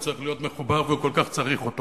צריך להיות מחובר והוא כל כך צריך אותו.